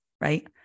right